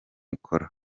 ikora